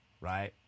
right